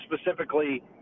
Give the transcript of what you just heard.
specifically